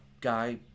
guy